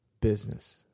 business